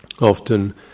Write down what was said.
often